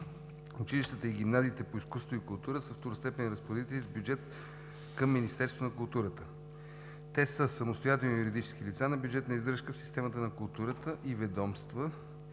Училищата и гимназиите по изкуства и култура са второстепенни разпоредители с бюджет към Министерството на културата. Те са самостоятелни юридически лица на бюджетна издръжка в системата на културата и ведомство.